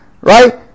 Right